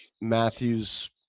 matthew's